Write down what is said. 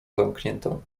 zamkniętą